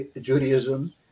Judaism